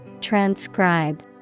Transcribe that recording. Transcribe